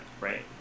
right